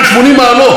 זה 180 מעלות.